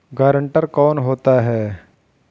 Guarantor कौन होता है?